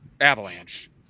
avalanche